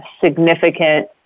significant